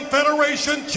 Federation